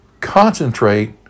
concentrate